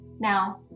Now